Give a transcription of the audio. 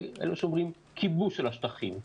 ואלה שאומרים - כיבוש של השטחים.